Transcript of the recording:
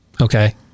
Okay